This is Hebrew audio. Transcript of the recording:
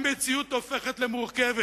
המציאות הופכת למורכבת.